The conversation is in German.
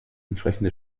entsprechende